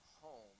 home